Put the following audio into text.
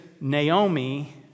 Naomi